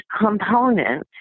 component